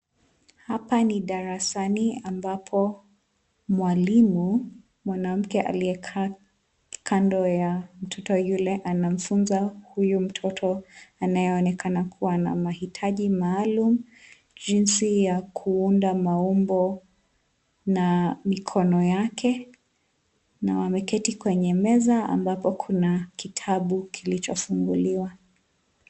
Hapa ni darasani ambapo mwalimu, mwanamke aliyekaa kando ya mtoto yule anamfunza huyu mtoto anayeonekana kuwa na mahitaji maalum jinsi ya kuunda maumbo na mikono yake, na wameketi kwenye meza ambapo kuna kitabu kimefunguliwa.